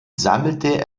sammelte